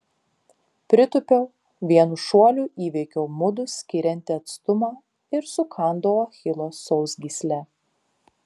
pritūpiau vienu šuoliu įveikiau mudu skiriantį atstumą ir sukandau achilo sausgyslę